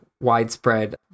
widespread